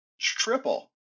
triple